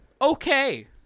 Okay